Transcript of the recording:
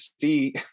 see